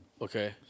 Okay